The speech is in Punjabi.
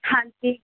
ਹਾਂਜੀ